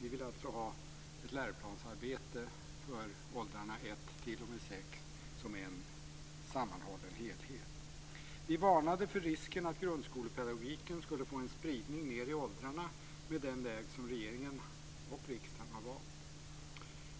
Vi vill alltså ha ett läroplansarbete för åldrarna 1 Vi varnade för risken att grundskolepedagogiken skulle få en spridning ned i åldrarna med den väg som regeringen och riksdagen har valt.